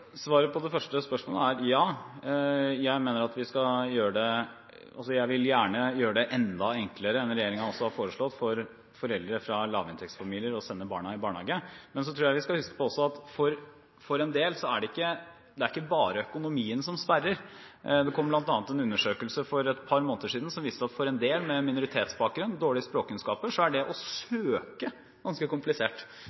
Svaret på det første spørsmålet er ja. Jeg vil gjerne gjøre det enda enklere – noe denne regjeringen også har foreslått – for foreldre fra lavinntektsfamilier å sende barna i barnehage. Men jeg tror vi også skal huske på at det for en del ikke er bare økonomien som sperrer. Det kom bl.a. en undersøkelse for et par måneder siden som viste at for en del med minoritetsbakgrunn og dårlige språkkunnskaper, er det å